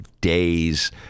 days